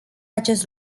acest